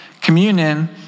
Communion